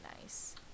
nice